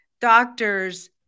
doctors